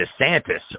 DeSantis